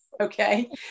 Okay